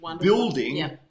building